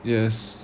yes